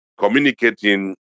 Communicating